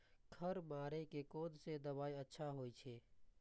खर मारे के कोन से दवाई अच्छा होय छे?